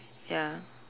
ya